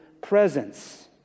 presence